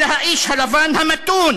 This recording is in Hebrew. אלא האיש הלבן המתון